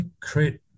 create